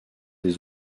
des